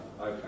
Okay